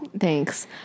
Thanks